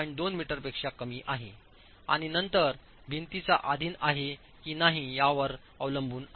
2 मीटरपेक्षा कमी आहे आणि नंतर भिंतीचा अधीन आहे की नाही यावर अवलंबून आहे